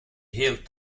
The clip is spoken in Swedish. helt